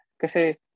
Kasi